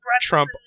Trump